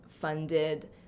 funded